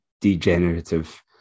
degenerative